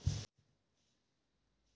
నా అకౌంట్ లో బాలన్స్ ఎంత ఉంది?